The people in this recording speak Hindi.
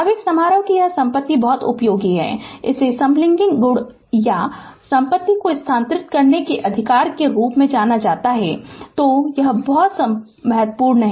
आवेग समारोह की यह संपत्ति बहुत उपयोगी है और इसे सेम्प्लिंग गुण या संपत्ति को स्थानांतरित करने के अधिकार के रूप में जाना जाता है तो यह बहुत महत्वपूर्ण है